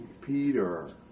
Peter